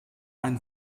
ein